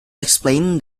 explains